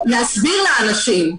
להסביר לאנשים,